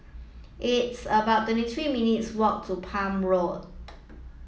it's about twenty three minutes' walk to Palm Road